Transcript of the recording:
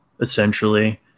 essentially